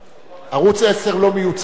ערוץ-10 לא מיוצג בכנסת.